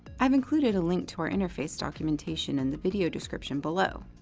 i've included a link to our interface documentation in the video description below.